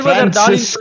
Francis